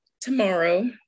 tomorrow